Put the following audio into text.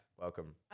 Welcome